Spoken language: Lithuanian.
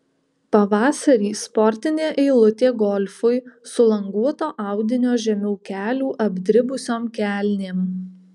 pavasarį sportinė eilutė golfui su languoto audinio žemiau kelių apdribusiom kelnėm